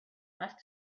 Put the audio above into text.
must